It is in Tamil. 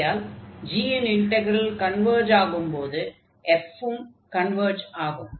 ஆகையால் g இன் இன்டக்ரல் கன்வர்ஜ் ஆகும்போது f உம் கன்வர்ஜ் ஆகும்